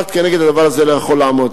כנגד הדבר הזה אף אחד לא יכול לעמוד.